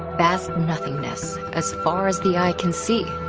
vast nothingness as far as the eye can see,